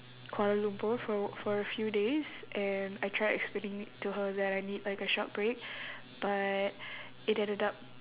kuala lumpur for a for a few days and I tried explaining to her that I need like a short break but it ended up